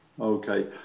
Okay